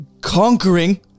conquering